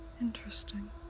Interesting